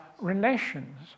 relations